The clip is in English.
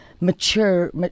mature